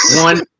one